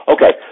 Okay